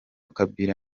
kabila